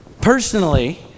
personally